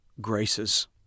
graces